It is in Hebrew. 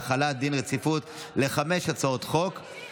12 בעד, אין מתנגדים, אין נמנעים.